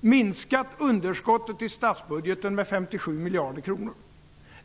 minskat underskottet i statsbudgeten med 57 miljarder kronor.